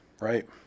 Right